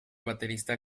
baterista